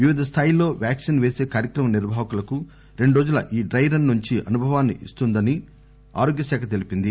వివిధ స్థాయిల్లో వ్యాక్సిన్ పేసీ కార్యక్రమ నిర్వాహకులకు రెండు రోజుల ఈ డ్రెరన్ మంచి అనుభవాన్ని ఇస్తుందని ఆరోగ్యశాఖ తెలిపింది